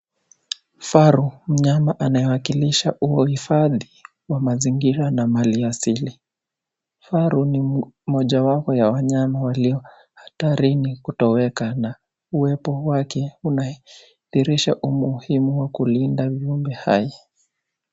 Kifaru, mnyama anayewakilisha uhifadhi wa mazingira na mali asili. Kifaru ni mojawapo wa wanyama walio hatarini kutoweka na uwepo wake unahadhirisha umuhimu wa kulinda vyumbe hai.